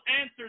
answer